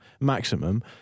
maximum